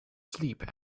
sleep